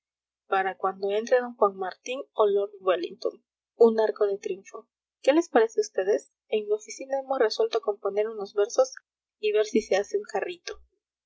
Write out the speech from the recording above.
para cuando entre d juan martín o lord wellington un arco de triunfo qué les parece a vds en mi oficina hemos resuelto componer unos versos y ver si se hace un carrito